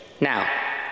Now